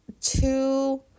two